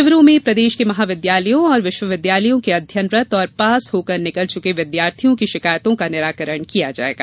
शिविरों में प्रदेश के महाविद्यालयों और विश्वविद्यालयों के अध्ययनरत और पास होकर निकल चुके विद्यार्थियों की शिकायतों का निराकरण किया जायेगा